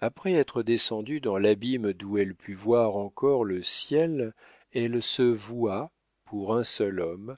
après être descendue dans l'abîme d'où elle put voir encore le ciel elle se voua pour un seul homme